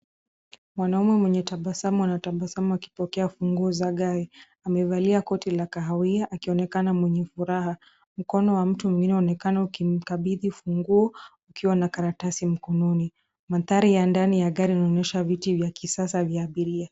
Mwananume mwenye tabasamu anatabasamu akipokea funguo za gari. Amevalia koti la kahawia akionekana mwenye furaha. Mkono wa mtu unaonekana ukimikabidhi funguo ukiwa na karatasi mkononi. Madhari ya ndini ya gari linaonyesha viti yva kisasa vya abiria.